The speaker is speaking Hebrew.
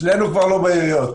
שנינו כבר לא בעיריות.